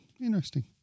Interesting